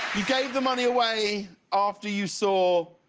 you gave the money away after you saw